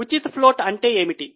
ఉచిత ఫ్లోట్ అంటే ఏమిటి